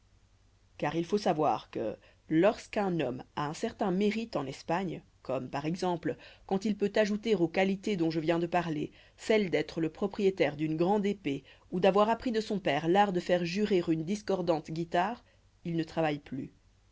car il faut savoir que lorsqu'un homme a un certain mérite en espagne comme par exemple quand il peut ajouter aux qualités dont je viens de parler celle d'être le propriétaire d'une grande épée ou d'avoir appris de son père l'art de faire jurer une discordante guitare il ne travaille plus